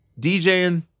DJing